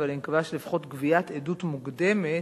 אבל אני מקווה שלפחות בגביית עדות מוקדמת